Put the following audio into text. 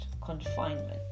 confinement